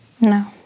No